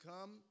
come